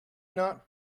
not